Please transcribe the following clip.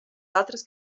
altres